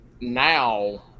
now